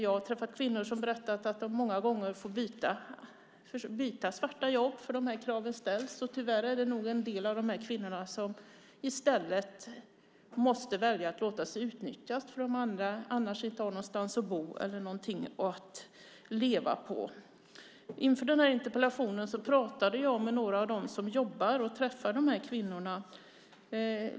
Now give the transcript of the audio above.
Jag har träffat kvinnor som har berättat att de många gånger får byta svarta jobb när de här kraven ställs. Tyvärr måste nog en del av de här kvinnorna i stället välja att låta sig utnyttjas, då de annars inte har någonstans att bo eller någonting att leva på. Inför interpellationen pratade jag med några av dem som jobbar med detta och träffar de här kvinnorna.